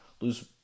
lose